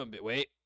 Wait